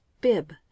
bib